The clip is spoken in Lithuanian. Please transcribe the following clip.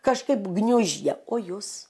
kažkaip gniuždė o jus